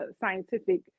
scientific